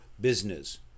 business